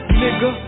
nigga